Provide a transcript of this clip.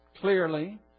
clearly